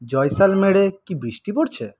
জয়সলমীরে কি বৃষ্টি পড়ছে